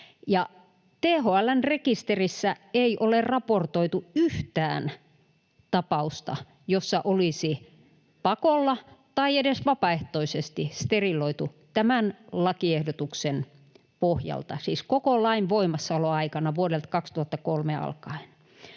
THL:n rekisterissä ei ole raportoitu yhtään tapausta, jossa olisi pakolla tai edes vapaaehtoisesti steriloitu tämän lakiehdotuksen pohjalta, siis koko lain voimassaoloaikana vuodesta 2003 alkaen.